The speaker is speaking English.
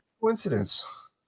Coincidence